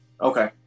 Okay